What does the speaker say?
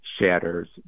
shatters